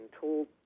told